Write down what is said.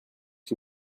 que